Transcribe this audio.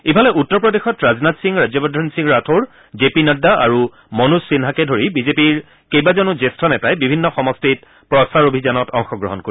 ইফালে উত্তৰ প্ৰদেশত ৰাজনাথ সিং ৰাজ্যবৰ্ধন সিং ৰাথোড় জে পি নাড্ডা আৰু মনোজ সিন্হাকে ধৰি বি জে পিৰ কেইবাজনো জ্যেষ্ঠ নেতাই বিভিন্ন সমষ্টিত প্ৰচাৰ অভিযানত অংশগ্ৰহণ কৰিব